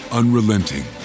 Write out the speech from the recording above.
unrelenting